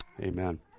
amen